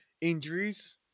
injuries